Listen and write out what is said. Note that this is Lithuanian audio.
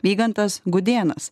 vygantas gudėnas